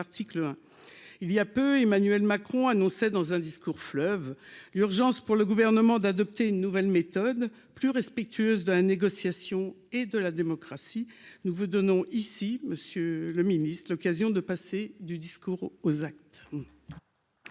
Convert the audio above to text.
il y a peu, Emmanuel Macron, annonçait dans un discours fleuve l'urgence pour le gouvernement d'adopter une nouvelle méthode, plus respectueuse de la négociation et de la démocratie, nous vous donnons ici, Monsieur le Ministre, l'occasion de passer du discours aux actes.